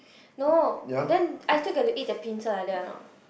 no then I still get to eat the pincer like that a not